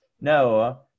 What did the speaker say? no